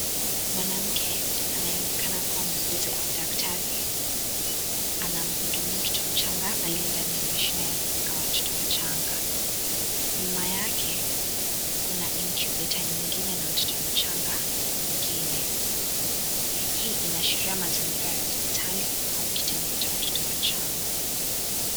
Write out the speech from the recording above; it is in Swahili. Mwanamke anayeonekana kuwa mwuguzi au daktari anamhudumia mtoto mchanga aliye ndani ya mashine ya kuweka watoto wachanga. Nyuma yake kuna incubator nyingine na mtoto mchanga mwingine. Hii inaashiria mazingira ya hospitali au kitengo cha watoto wachanga.